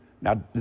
now